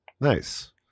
nice